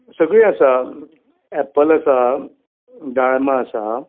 सगली आसा एपल आसा डाळमां आसा